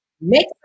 Make